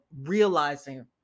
realizing